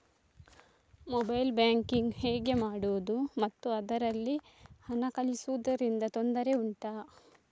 mobile banking ಹೇಗೆ ಮಾಡುವುದು ಮತ್ತು ಅದರಲ್ಲಿ ಹಣ ಕಳುಹಿಸೂದರಿಂದ ತೊಂದರೆ ಉಂಟಾ